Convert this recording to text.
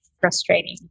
frustrating